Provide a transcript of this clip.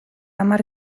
hamar